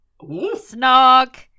Snog